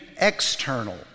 external